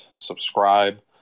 subscribe